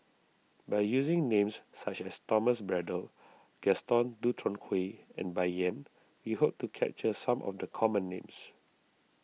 by using names such as Thomas Braddell Gaston Dutronquoy and Bai Yan we hope to capture some of the common names